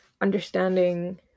understanding